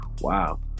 wow